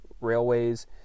railways